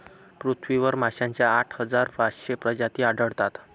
पृथ्वीवर माशांच्या आठ हजार पाचशे प्रजाती आढळतात